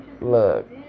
look